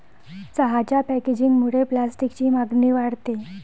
चहाच्या पॅकेजिंगमुळे प्लास्टिकची मागणी वाढते